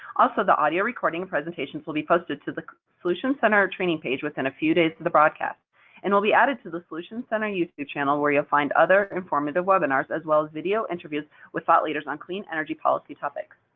also the audio recording presentations presentations will be posted to the solutions center training page within a few days of the broadcast and will be added to the solutions center youtube channel where you'll find other informative webinars as well as video interviews with thought leaders on clean energy policy topics.